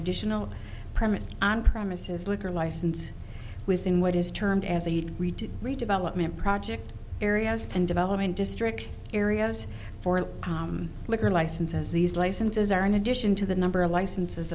additional premised on premises liquor license within what is termed as a reed to redevelopment project areas and development district areas for an liquor license as these licenses are in addition to the number of licenses